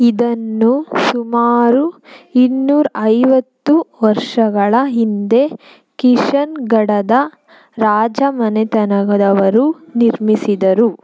ಇದನ್ನು ಸುಮಾರು ಇನ್ನೂರ ಐವತ್ತು ವರ್ಷಗಳ ಹಿಂದೆ ಕಿಶನ್ ಗಡದ ರಾಜ ಮನೆತನದವರು ನಿರ್ಮಿಸಿದರು